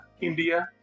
India